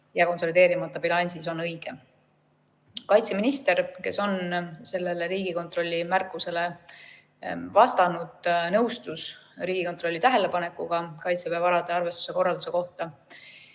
ja konsolideerimata bilansis on õige. Kaitseminister, kes on sellele Riigikontrolli märkusele vastanud, nõustus Riigikontrolli tähelepanekuga Kaitseväe varade arvestuse korralduse kohta